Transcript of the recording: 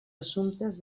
assumptes